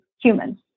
humans